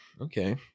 Okay